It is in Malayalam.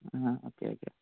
ആ ഓക്കേ ഓക്കേ